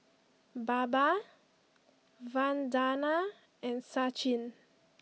Baba Vandana and Sachin